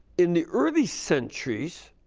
in the early centuries,